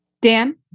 Dan